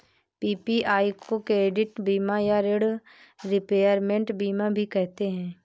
PPI को credit बीमा या ॠण रिपेयरमेंट बीमा भी कहते हैं